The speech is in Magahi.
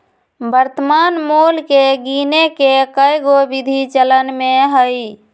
वर्तमान मोल के गीने के कएगो विधि चलन में हइ